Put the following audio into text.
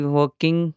working